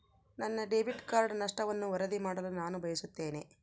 ನನ್ನ debit card ನಷ್ಟವನ್ನು ವರದಿ ಮಾಡಲು ನಾನು ಬಯಸುತ್ತೇನೆ